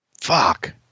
Fuck